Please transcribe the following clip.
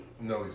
No